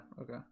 okay